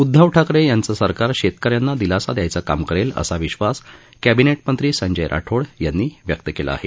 उद्धव ठाकरे यांचं सरकार शेतकऱ्यांना दिलासा द्यायचं काम करेल असा विश्वास कॅबिनेट मंत्री संजय राठोड यांनी व्यक्त केला आहे